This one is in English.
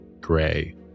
gray